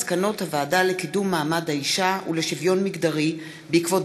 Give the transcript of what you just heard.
מסקנות הוועדה לקידום מעמד האישה ולשוויון מגדרי בעקבות